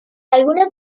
algunas